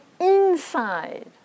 inside